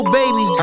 baby